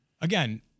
Again